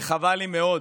וחבל לי מאוד